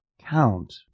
Count